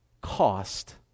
cost